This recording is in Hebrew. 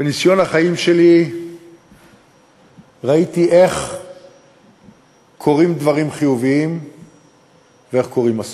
ובניסיון החיים שלי ראיתי איך קורים דברים חיוביים ואיך קורים אסונות.